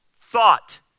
Thought